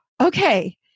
okay